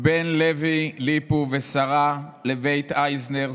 בן לוי ליפו ושרה לבית אייזנר,